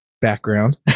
background